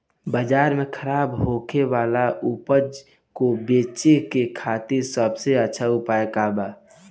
बाजार में खराब होखे वाला उपज को बेचे के खातिर सबसे अच्छा उपाय का बा?